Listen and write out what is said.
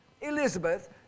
Elizabeth